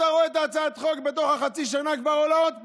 אתה רואה את הצעת החוק בתוך חצי שנה כבר עולה עוד פעם.